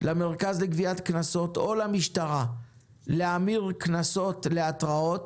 למרכז לגביית קנסות או למשטרה להמיר קנסות להתראות,